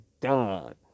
done